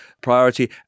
priority